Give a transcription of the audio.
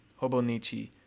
Hobonichi